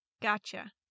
Gotcha